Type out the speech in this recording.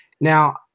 Now